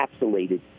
encapsulated